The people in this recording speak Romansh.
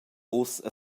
ussa